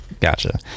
Gotcha